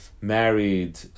married